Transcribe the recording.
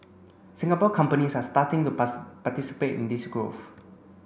Singapore companies are starting to participate in this growth